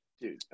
Dude